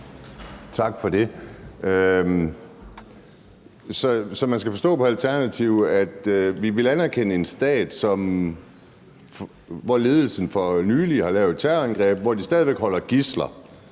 (DD): Så man skal forstå på Alternativet, at de vil anerkende en stat, hvor ledelsen for nylig har lavet et terrorangreb, og hvor de stadig væk holder gidsler?